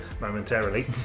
momentarily